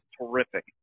terrific